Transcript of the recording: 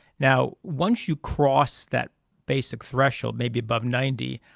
now, once you cross that basic threshold maybe above ninety,